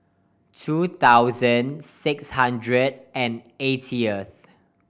two thousand six hundred and eightieth